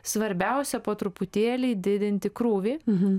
svarbiausia po truputėlį didinti krūvį